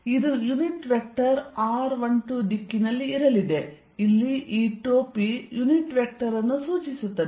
ಇದು unit vector r12 ದಿಕ್ಕಿನಲ್ಲಿ ಇರಲಿದೆ ಇಲ್ಲಿ ಈ ಟೋಪಿ ಯುನಿಟ್ ವೆಕ್ಟರ್ ಅನ್ನು ಸೂಚಿಸುತ್ತದೆ